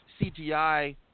CGI